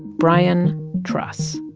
brian truss,